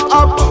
up